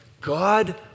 God